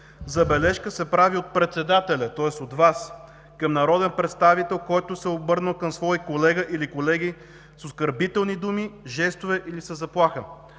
„Забележка се прави от председателя – тоест от Вас – към народен представител, който се е обърнал към свой колега или колеги с оскърбителни думи, жестове или със заплаха“.